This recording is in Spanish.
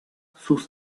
sus